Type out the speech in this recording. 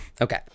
okay